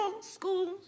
school